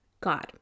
God